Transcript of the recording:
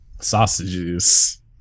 sausages